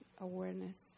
awareness